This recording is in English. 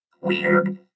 Weird